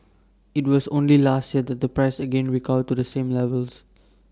IT was only last year that the price again recovered to the same levels